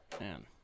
man